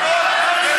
זה הכול.